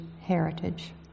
heritage